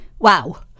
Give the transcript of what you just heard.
Wow